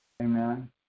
Amen